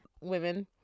women